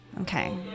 Okay